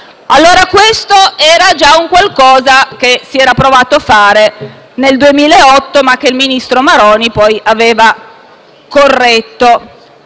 mafia. Questo era un qualcosa che si era provato a fare nel 2008, ma che il ministro Maroni poi aveva corretto.